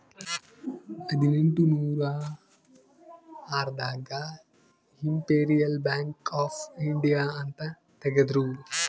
ಹದಿನೆಂಟನೂರ ಆರ್ ದಾಗ ಇಂಪೆರಿಯಲ್ ಬ್ಯಾಂಕ್ ಆಫ್ ಇಂಡಿಯಾ ಅಂತ ತೇಗದ್ರೂ